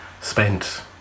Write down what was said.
spent